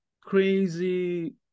crazy